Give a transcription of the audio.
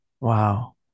Wow